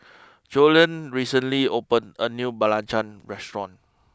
Joellen recently opened a new Belacan restaurant